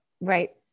Right